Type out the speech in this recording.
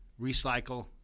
recycle